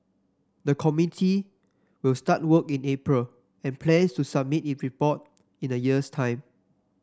the committee will start work in April and plans to submit its report in a year's time